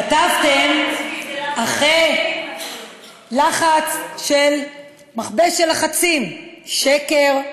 כתבתם: אחרי לחץ מכבש הלחצים, שקר.